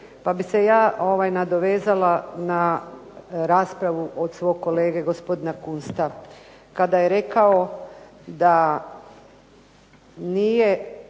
pa bih se ja nadovezala na raspravu od svog kolege gospodina Kunsta, kada je rekao da nije